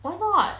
why not